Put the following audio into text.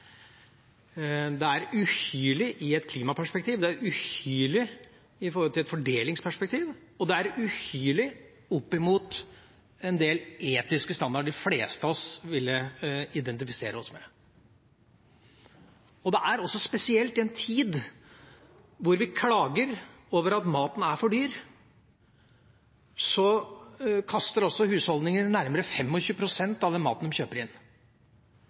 Det er uhyrlig i et klimaperspektiv, det er uhyrlig i et fordelingsperspektiv, og det er uhyrlig sett opp mot en del etiske standarder de fleste av oss ville identifisere seg med. Det er også spesielt at i en tid da vi klager over at maten er for dyr, kaster husholdningene nærmere 25 pst. av maten de kjøper inn.